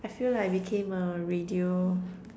I feel like I became a radio